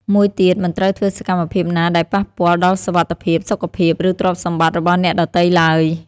មួយទៀតមិនត្រូវធ្វើសកម្មភាពណាដែលប៉ះពាល់ដល់សុវត្ថិភាព សុខភាព ឬទ្រព្យសម្បត្តិរបស់អ្នកដទៃឡើយ។